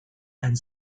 and